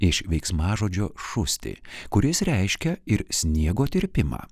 iš veiksmažodžio šusti kuris reiškia ir sniego tirpimą